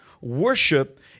Worship